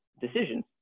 decisions